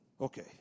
Okay